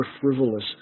frivolous